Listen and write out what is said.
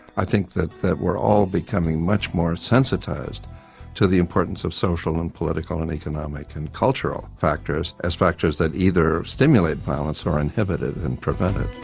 i think that that we're all becoming much more sensitised to the importance of social, and political and economic and cultural factors as factors the either stimulate violence or inhibit it and prevent it.